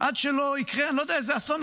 עד שלא יקרה אני לא יודע איזה אסון,